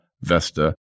Vesta